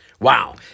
Wow